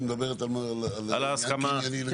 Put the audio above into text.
שמדברת על העניין הקנייני.